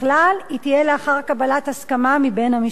תהיה לאחר קבלת הסכמה מבן המשפחה,